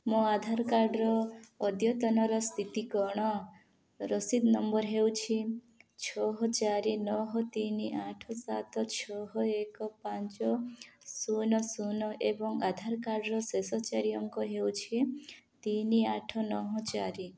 ମୋ ଆଧାର କାର୍ଡ଼ର ଅଦ୍ୟତନର ସ୍ଥିତି କ 'ଣ ରସିଦ ନମ୍ବର ହେଉଛି ଛଅ ଚାରି ନଅ ତିନି ଆଠ ସାତ ଛଅ ଏକ ପାଞ୍ଚ ଶୂନ ଶୂନ ଏବଂ ଆଧାର କାର୍ଡ଼ର ଶେଷ ଚାରି ଅଙ୍କ ହେଉଛି ତିନି ଆଠ ନଅ ଚାରି